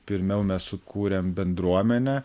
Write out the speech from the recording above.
pirmiau mes sukūrėm bendruomenę